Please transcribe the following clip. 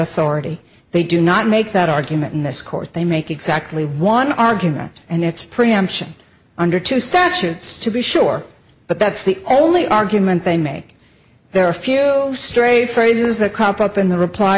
authority they do not make that argument in this court they make exactly one argument and it's preemption under two statutes to be sure but that's the only argument they make there are a few stray phrases that crop up in the reply